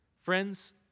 Friends